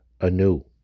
anew